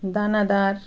দানাদার